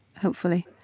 hopefully.